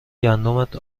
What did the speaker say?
گندمت